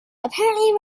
apparently